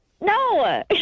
no